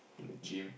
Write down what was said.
in the gym